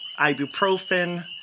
ibuprofen